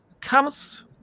comes